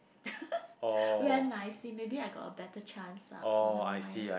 wear nicely maybe I got a better chance lah so never mind ah